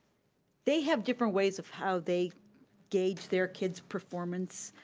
they have different ways of how they gauge they're kid's performance.